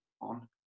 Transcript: on